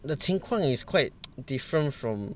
the 情况 is quite different from